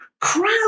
crowd